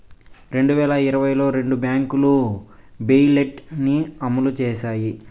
రెండు వేల ఇరవైలో రెండు బ్యాంకులు బెయిలౌట్ ని అమలు చేశాయి